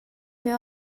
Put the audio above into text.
meu